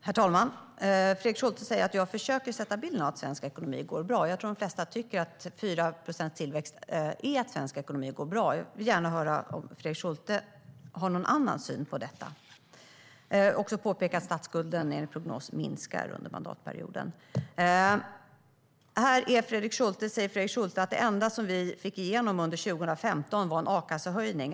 Herr talman! Fredrik Schulte säger att jag försöker skapa en bild av att svensk ekonomi går bra. Jag tror att de flesta tycker att en tillväxt på 4 procent betyder att svensk ekonomi går bra. Jag vill gärna höra om Fredrik Schulte har någon annan syn på detta. Jag vill också påpeka att statsskulden enligt prognoser kommer att minska under mandatperioden. Fredrik Schulte säger att det enda vi fick igenom under 2015 var en akassehöjning.